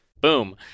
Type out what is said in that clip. Boom